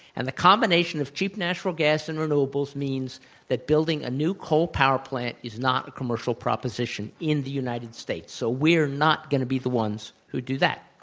and the combination of cheap natural gas and renewables means that building a new coal power plant is not a commercial proposition in the united states. so we are not going to be the ones who do that.